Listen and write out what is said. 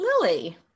Lily